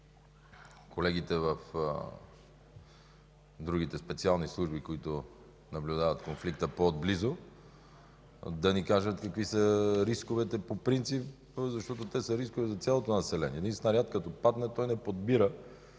колегите в другите специални служби, които наблюдават конфликта по-отблизо, да ни кажат какви са рисковете по принцип, защото те са рискове за цялото население. Когато падне един снаряд, той не подбира